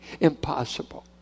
Impossible